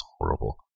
horrible